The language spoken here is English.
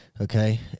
okay